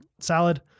Salad